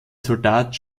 soldat